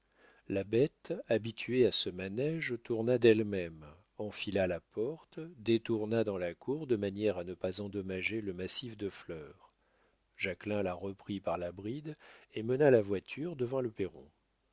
la bête habituée à ce manége tourna d'elle-même enfila la porte détourna dans la cour de manière à ne pas endommager le massif de fleurs jacquelin la reprit par la bride et mena la voiture devant le perron